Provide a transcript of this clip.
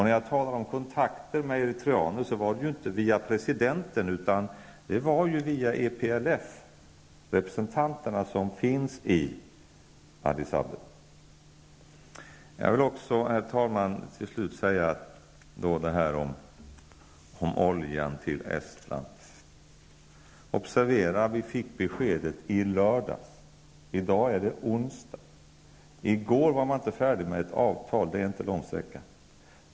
När jag talar om kontakter med eritreaner gäller det inte kontakter via presidenten, utan via representanter för EPLF som finns i Addis Abeba. Herr talman! Slutligen vill jag säga något om detta med oljan till Estland. Observera att vi fick beskedet i lördags! I dag är det onsdag. I går var man inte färdig med ett avtal -- det är inte lång sträcka.